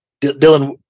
Dylan